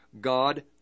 God